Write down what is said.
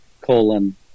colon